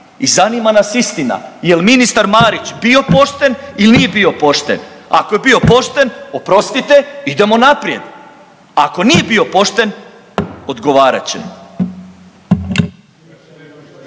i zanima nas istina jel ministar Marić bio pošten ili nije bio pošten. Ako je bio pošten oprostite idemo naprijed. Ako nije bio pošten odgovarat će.